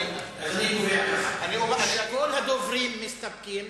כל הדוברים מסתפקים.